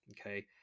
okay